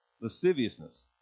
lasciviousness